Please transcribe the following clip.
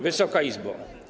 Wysoka Izbo!